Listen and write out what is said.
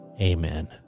Amen